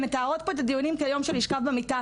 הן מתארות פה את הדיונים כיום של לשכב במיטה.